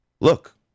look